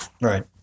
Right